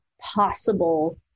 possible